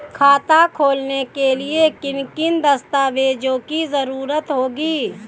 खाता खोलने के लिए किन किन दस्तावेजों की जरूरत होगी?